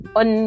on